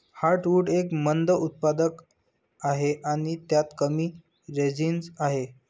heartwood एक मंद उत्पादक आहे आणि त्यात कमी रेझिनस आहे